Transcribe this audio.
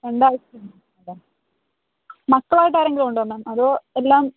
രണ്ടാഴയുണ്ടല്ലേ മക്കളായിട്ട് ആരെങ്കിലും ഉണ്ടോ മാം അതോ എല്ലാം